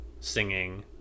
singing